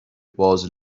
باز